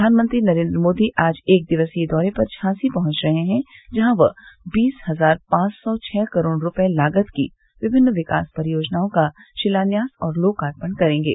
प्रधानमंत्री नरेन्द्र मोदी आज एक दिवसीय दौरे पर झांसी पहुंच रहे हैं जहां वह बीस हजार पांच सौ छह करोड़ रूपये लागत की विभिन्न विकास परियोजनाओं का शिलान्यास और लोकार्पण करेंगे